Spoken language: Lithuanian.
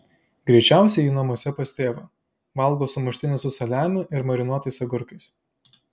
greičiausiai ji namuose pas tėvą valgo sumuštinius su saliamiu ir marinuotais agurkais